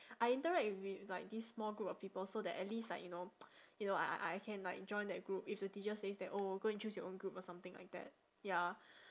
I interact with like this small group of people so that at least like you know you know I I I can like join that group if the teacher says that oh go and choose your own group or something like that ya